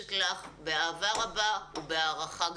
מוקדשת לך באהבה רבה ובהערכה גדולה.